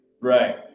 Right